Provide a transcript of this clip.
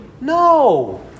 No